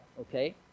okay